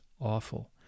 awful